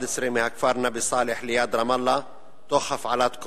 מהכפר נבי-סאלח ליד רמאללה תוך הפעלת כוח,